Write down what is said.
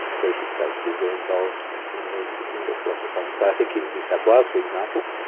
very few state schools are involved in the philosothon. so, i think, in new south wales, for example,